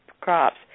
crops